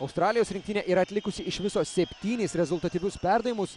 australijos rinktinė yra atlikusi iš viso septynis rezultatyvius perdavimus